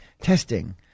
testing